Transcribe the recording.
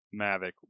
mavic